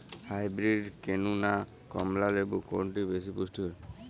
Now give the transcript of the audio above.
Hybrid কেনু না কমলা লেবু কোনটি বেশি পুষ্টিকর?